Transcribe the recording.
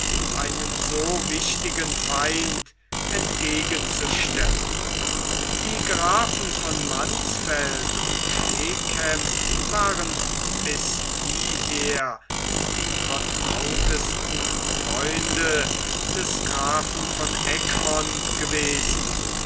einen so wichtigen feind entgegenzustellen die grafen von mansfeld und megen waren bis hieher die vertrautesten freunde des grafen von egmont gewesen